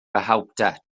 behauptet